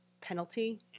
penalty